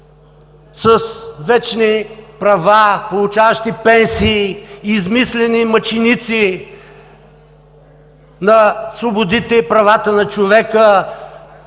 с вечни права, получаващи пенсии, измислени мъченици на свободите и правата на човека!